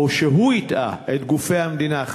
או שהוא הטעה את גופי המדינה,